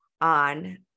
on